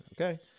okay